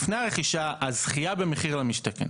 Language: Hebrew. הזכייה במחיר למשתכן.